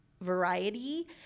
variety